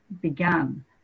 began